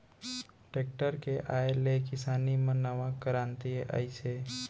tractor के आए ले किसानी म नवा करांति आइस हे